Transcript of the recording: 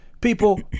People